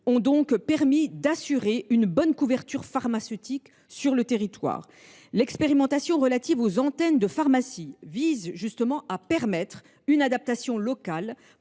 ont donc permis d’assurer une bonne couverture pharmaceutique sur le territoire. L’expérimentation relative aux antennes de pharmacie vise à permettre une adaptation locale